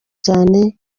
cyane